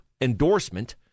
endorsement